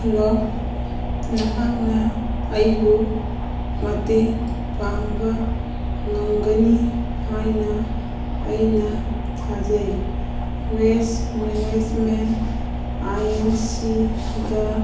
hello ꯅꯍꯥꯛꯅ ꯑꯩꯕꯨ ꯃꯇꯦꯡ ꯄꯥꯡꯕ ꯉꯝꯒꯅꯤ ꯍꯥꯏꯅ ꯑꯩꯅ ꯊꯥꯖꯩ ꯋꯦꯁ ꯃꯦꯅꯦꯖꯃꯦꯟ ꯑꯥꯏ ꯑꯦꯟ ꯁꯤꯒ